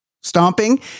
stomping